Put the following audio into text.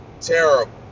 terrible